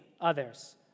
others